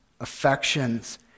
affections